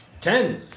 Ten